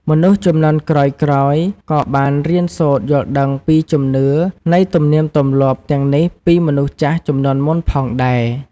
មនុស្សជំនាន់ក្រោយៗ ក៏បានរៀនសូត្រយល់ដឹងពីជំនឿនៃទំនៀមទម្លាប់ទាំងនេះពីមនុស្សចាស់ជំនាន់មុនផងដែរ។